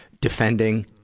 defending